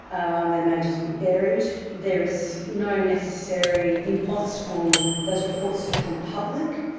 and they may just be buried. there is no necessary impost on those reports to become public,